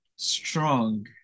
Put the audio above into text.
Strong